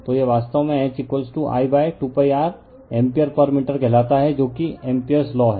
तो यह वास्तव में H I 2 π r ampere per metre कहलाता है जो कि एम्पीयरस लॉ है